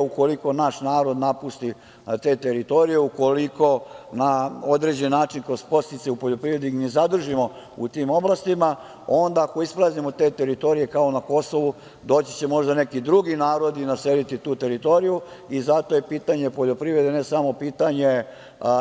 Ukoliko naš narod napusti te teritorije, ukoliko na određen način, kroz podsticaje u poljoprivredi ih ne zadužimo u tim oblastima, onda ako ispraznimo te teritorije kao na Kosovu, doći će možda neki drugi narodi i naseliti tu teritoriju i zato je pitanje poljoprivrede ne samo pitanje